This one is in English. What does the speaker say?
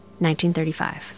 1935